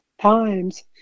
times